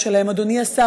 אדוני השר,